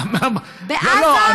תשובה, אדוני השר, לא, לא, ענת.